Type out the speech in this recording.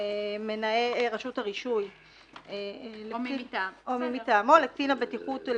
רשות הרישוי או מי מטעמו לקצין הבטיחות של